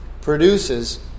produces